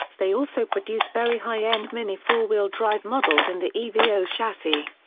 they also produce very high end mini four-wheel drive models in the evo chassis.